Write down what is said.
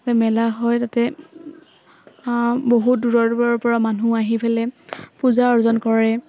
তাতে মেলা হয় তাতে বহুত দূৰৰ দূৰৰপৰা মানুহ আহি পেলাই পূজা অৰ্চনা কৰে